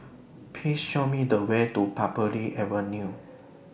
Please Show Me The Way to Parbury Avenue